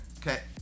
okay